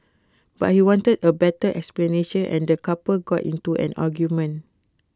but he wanted A better explanation and the couple got into an argument